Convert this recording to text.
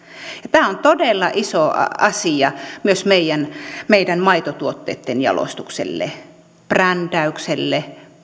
tämä on todella iso asia myös meidän meidän maitotuotteitten jalostukselle brändäykselle